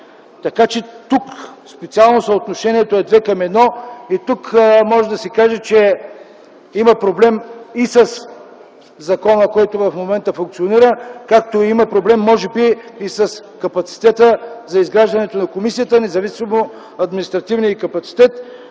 Тук специално съотношението е две към едно. Може да се каже, че има проблем и със закона, който в момента функционира, както има проблем може би и с капацитета за изграждането на комисията. Независимо от административния й капацитет,